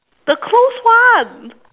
the closed one